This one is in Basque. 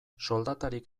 soldatarik